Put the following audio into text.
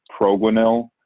Proguanil